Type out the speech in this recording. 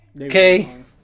Okay